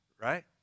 right